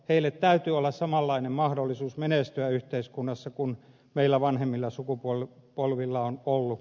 heillä täytyy olla samanlainen mahdollisuus menestyä yhteiskunnassa kuin meillä vanhemmilla sukupolvilla on ollut